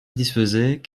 satisfaisaient